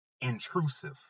intrusive